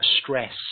stress